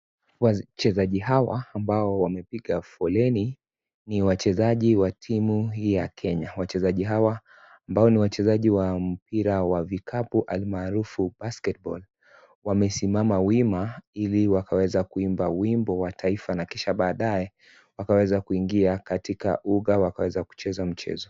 Wachezaji hawa ambao wamepiga foleni ni wachezaji wa timu ya Kenya wachezaji hawa ambao ni wachezaji wa mpira wa vikapu almarufu basketball wamesimama wima ili wakaweza kuimba wimbo wa taifa na kisha baadae wakaweza kuingia katika uga wakaweza kucheza mchezo.